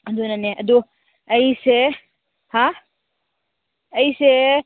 ꯑꯗꯨꯅꯅꯦ ꯑꯗꯨ ꯑꯩꯁꯦ ꯍꯥ ꯑꯩꯁꯦ